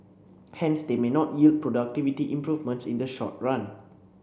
hence they may not yield productivity improvements in the short run